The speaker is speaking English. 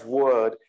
word